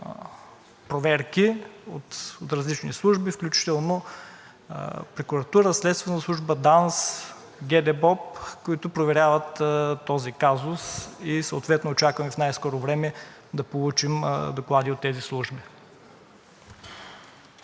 проверки от различни служби, включително прокуратура, Следствена служба, ДАНС, ГДБОП, които проверяват този казус, и съответно очакваме в най-скоро време да получим доклади от тези служби.